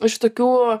iš tokių